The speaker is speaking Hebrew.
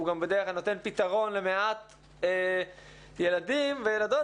הוא בדרך כלל נותן פתרון למעט ילדים וילדות,